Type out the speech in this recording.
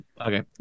Okay